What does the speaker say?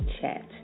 chat